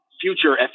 future